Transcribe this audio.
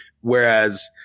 whereas